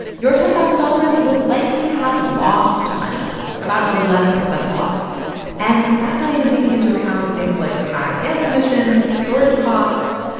your ten thousand dollars would likely have lost money about an eleven percent loss and that's not even taking into account things like high sales commissions, storage costs.